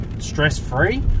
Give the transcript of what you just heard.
stress-free